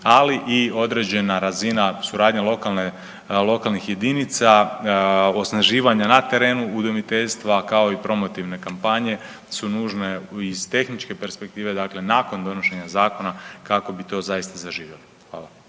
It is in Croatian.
ali i određena razina suradnje lokalnih jedinica, osnaživanje na terenu udomiteljstva kao i promotivne kampanje su nužne iz tehničke perspektive, dakle nakon donošenja zakona kako bi to zaista zaživjelo. Hvala.